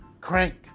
Crank